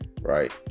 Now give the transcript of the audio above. right